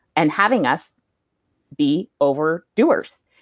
and having us be over doers.